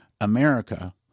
America